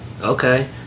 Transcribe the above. okay